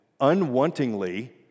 unwantingly